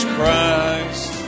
Christ